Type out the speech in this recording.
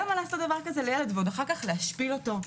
למה לעשות דבר כזה לילד ועוד אחר כך להשפיל אותו,